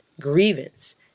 grievance